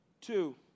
two